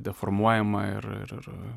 deformuojama ir ir ir